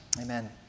Amen